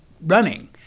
running